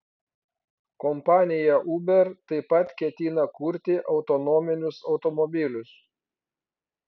kompanija uber taip pat ketina kurti autonominius automobilius